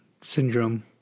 syndrome